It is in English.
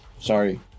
Sorry